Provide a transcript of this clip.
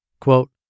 Quote